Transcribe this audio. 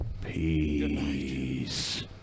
Peace